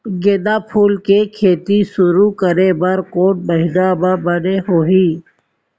गेंदा फूल के खेती शुरू करे बर कौन महीना मा बने होही?